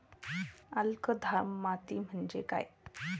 अल्कधर्मी माती म्हणजे काय?